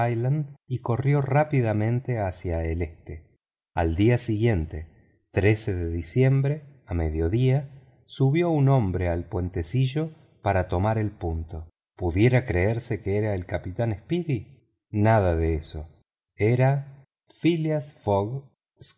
y corrió rápidamente hacia el este al día siguiente de diciembre a mediodía subió un hombre al puentecillo para tomar la altura pudiera creerse que era el capitán speedy nada de eso era phileas